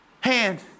hand